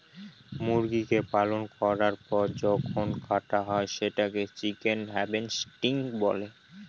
মুরগিকে পালন করার পর যখন কাটা হয় সেটাকে চিকেন হার্ভেস্টিং বলে